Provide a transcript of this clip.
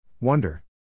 Wonder